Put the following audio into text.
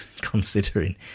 Considering